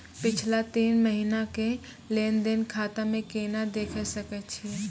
पिछला तीन महिना के लेंन देंन खाता मे केना देखे सकय छियै?